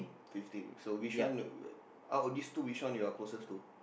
fifteen so which one out of this two which one you are closest to